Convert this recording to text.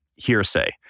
Hearsay